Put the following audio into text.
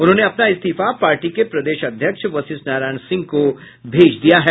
उन्होंने अपना इस्तीफा पार्टी के प्रदेश अध्यक्ष वशिष्ठ नारायण सिंह को भेज दिया है